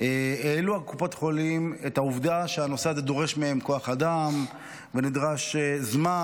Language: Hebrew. העלו קופות החולים את העובדה שהנושא הזה דורש מהם כוח אדם ונדרש זמן,